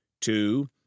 Two